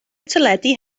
teledu